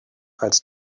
als